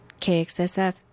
KXSF